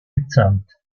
bezahlt